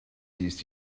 used